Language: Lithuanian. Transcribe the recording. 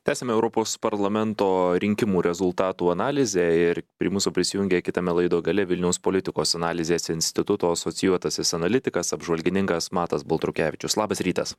tęsiame europos parlamento rinkimų rezultatų analizę ir prie mūsų prisijungė kitame laido gale vilniaus politikos analizės instituto asocijuotasis analitikas apžvalgininkas matas baltrukevičius labas rytas